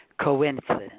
coincidence